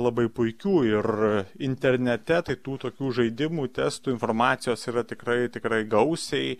labai puikių ir internete tai tų tokių žaidimų testų informacijos yra tikrai tikrai gausiai